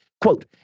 quote